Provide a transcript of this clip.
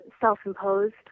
self-imposed